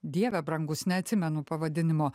dieve brangus neatsimenu pavadinimo